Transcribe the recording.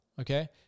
okay